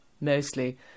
mostly